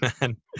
man